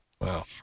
Wow